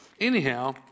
anyhow